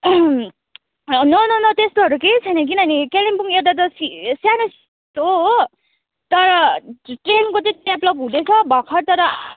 no no no त्यस्तोहरू केही छैन किनभने कालिम्पोङ यता त सानो त हो तर ट्रेनको चाहिँ डेभ्लप हुँदैछ भर्खर तर